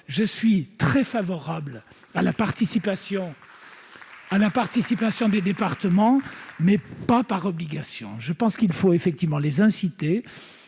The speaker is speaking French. Je suis très favorable à la participation des départements, mais pas par obligation. Je pense qu'il faut les inciter,